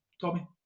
Tommy